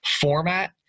format